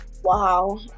Wow